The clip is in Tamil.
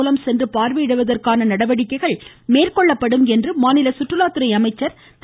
ரமலம் பார்வையிடுவதற்கான நடவடிக்கைகள் மேற்கொள்ளப்படும் என்று மாநில சுற்றுலாத்துறை அமைச்சர் திரு